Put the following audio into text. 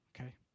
okay